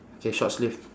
okay short sleeve